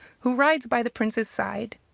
who rides by the prince's side.